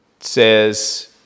says